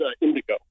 Indigo